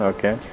Okay